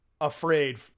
afraid